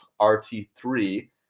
rt3